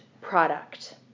product